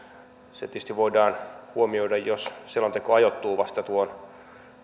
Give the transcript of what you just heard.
se tietysti voidaan huomioida jos selonteko ajoittuu vasta